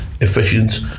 efficient